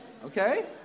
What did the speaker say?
Okay